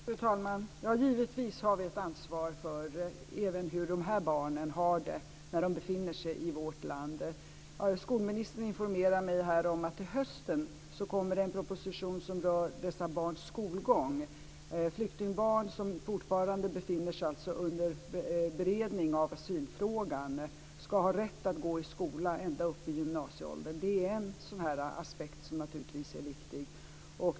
Fru talman! Givetvis har vi ett ansvar även för hur de här barnen har det när de befinner sig i vårt land. Skolministern informerar mig här om att det till hösten kommer en proposition som rör dessa barns skolgång. Flyktingbarn för vilka asylfrågan fortfarande är under beredning ska ha rätt att gå i skola ända upp i gymnasieåldern. Det är en aspekt som naturligtvis är viktig.